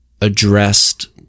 addressed